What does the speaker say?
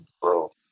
bro